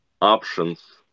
options